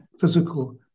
physical